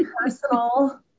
personal